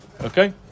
Okay